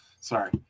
Sorry